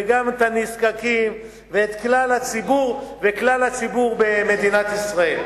וגם את הנזקקים ואת כלל הציבור במדינת ישראל.